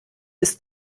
ist